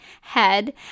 head